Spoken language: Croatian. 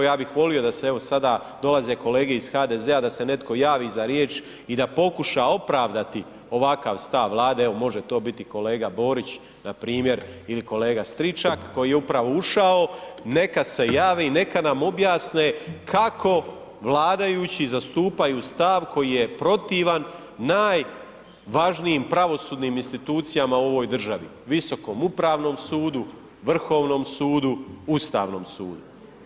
Ja bih volio, evo sada dolaze kolege HDZ-a, da se netko javi za riječ i da pokuša opravdati ovakav stav Vlade, evo može to biti kolega Borić npr. ili kolega Stičak koji je upravo ušao, neka se javi i neka nam objasne kako vladajući zastupaju stav koji je protivan najvažnijim pravosudnim institucijama u ovoj državi, Visokom upravnom sudu, Vrhovnom sudu, Ustavnom sudu.